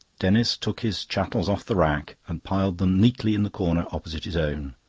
denis took his chattels off the rack and piled them neatly in the corner opposite his own.